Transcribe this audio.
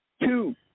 two